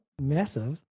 massive